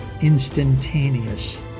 instantaneous